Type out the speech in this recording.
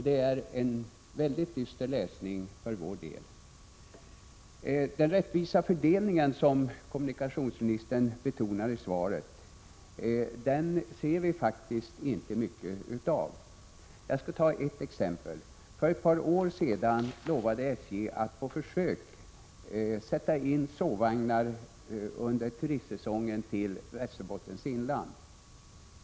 Det är en mycket dyster läsning för vår del. Den rättvisa fördelningen, som kommunikationsministern betonar i svaret, ser vi faktiskt inte mycket av. Jag skall ta ett exempel. För ett par år sedan lovade SJ att på försök sätta in sovvagnar under turistsäsongen till Västerbottens inland.